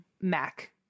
MAC